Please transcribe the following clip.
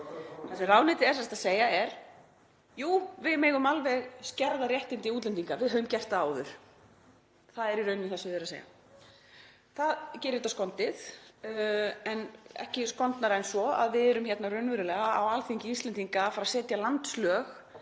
Það sem ráðuneytið er sem sagt að segja er: Jú, við megum alveg skerða réttindi útlendinga, við höfum gert það áður. Það er það sem það er í raun að segja. Það gerir þetta skondið en ekki skondnara en svo að við erum hér á Alþingi Íslendinga að fara að setja landslög